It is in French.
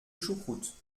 choucroute